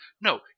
No